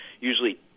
usually